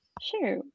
Sure